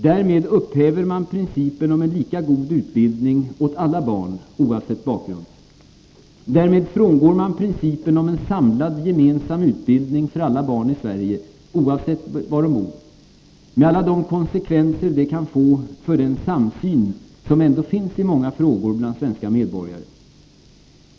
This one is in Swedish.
Därmed upphäver man principen om en lika god utbildning för alla barn oavsett bakgrund. Därmed frångår man principen om en samlad gemensam utbildning för alla barn i Sverige oavsett var de bor, med alla de konsekvenser det kan få för den samsyn som ändå finns i många frågor bland svenska medborgare.